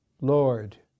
Lord